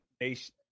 Nation